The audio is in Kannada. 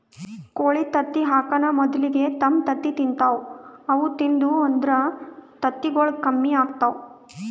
ಕೋಳಿ ತತ್ತಿ ಹಾಕಾನ್ ಮೊದಲಿಗೆ ತಮ್ ತತ್ತಿ ತಿಂತಾವ್ ಅವು ತಿಂದು ಅಂದ್ರ ತತ್ತಿಗೊಳ್ ಕಮ್ಮಿ ಆತವ್